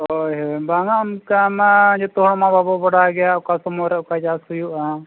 ᱦᱳᱭ ᱦᱳᱭ ᱵᱟᱝᱟ ᱚᱱᱠᱟ ᱢᱟ ᱡᱚᱛᱚ ᱦᱚᱲ ᱢᱟ ᱵᱟᱵᱚᱱ ᱵᱟᱰᱟᱭ ᱜᱮᱭᱟ ᱚᱠᱟ ᱥᱚᱢᱚᱭ ᱨᱮ ᱚᱠᱟ ᱪᱟᱥ ᱦᱩᱭᱩᱜᱼᱟ